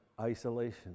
isolation